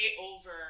over